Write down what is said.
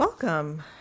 Welcome